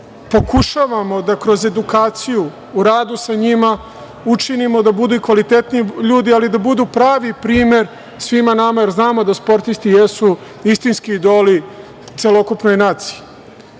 pokušavamo da kroz edukaciju u radu sa njima učinimo da budu kvalitetniji ljudi, ali i da budu pravi primer svima nama jer znamo da sportisti jesu istinski idoli celokupnoj